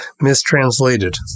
mistranslated